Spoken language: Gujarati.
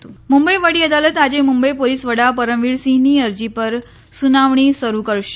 મુંબઈ વડી અદાલત મુંબઈ વડી અદાલત આજે મુંબઈ પોલીસ વડા પરમવીર સિંહની અરજી પર સુનાવણી શરૂ કરશે